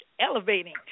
elevating